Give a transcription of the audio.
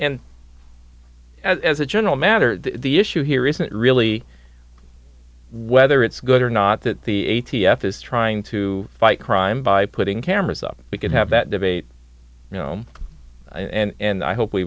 and as a general matter the issue here isn't really whether it's good or not that the a t f is trying to fight crime by putting cameras up because have that debate you know and i hope we